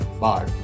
bye